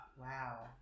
wow